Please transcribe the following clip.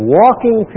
walking